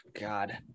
God